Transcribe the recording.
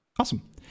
Awesome